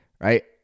right